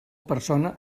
persona